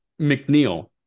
McNeil